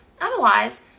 Otherwise